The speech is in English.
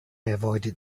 avoided